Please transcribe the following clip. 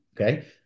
Okay